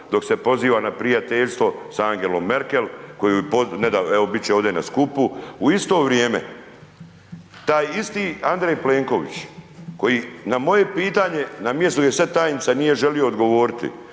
dok se poziva na prijateljstvo sa Angelom Merkel koju nedavno, evo biti će ovdje na skupu, u isto vrijeme, taj isti Andrej Plenković, koji na moje pitanje, na mjestu, gdje sada tajnica nije želio odgovoriti.